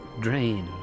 Drain